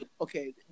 okay